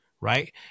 right